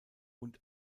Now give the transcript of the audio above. und